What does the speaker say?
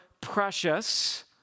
precious